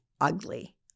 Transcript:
ugly